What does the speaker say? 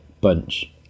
bunch